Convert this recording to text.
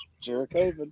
Jericho